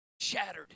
shattered